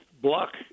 block